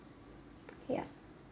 ya